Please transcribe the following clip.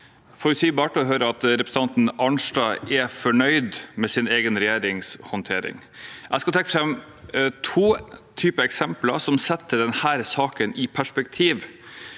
jo for- utsigbart å høre at representanten Arnstad er fornøyd med sin egen regjerings håndtering. Jeg skal trekke fram to eksempler som setter denne saken i perspektiv.